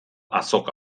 azoka